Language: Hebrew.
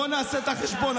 בוא נעשה את החשבון,